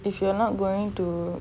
if you are not going to